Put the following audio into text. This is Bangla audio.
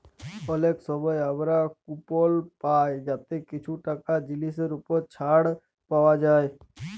অলেক সময় আমরা কুপল পায় যাতে কিছু টাকা জিলিসের উপর ছাড় পাউয়া যায়